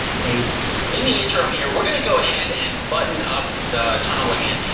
haise in the interim here, we're going to go ahead and button up the tunnel again.